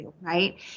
right